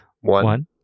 One